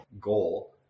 goal